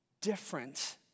different